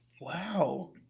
Wow